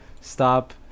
stop